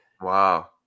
Wow